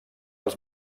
els